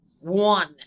one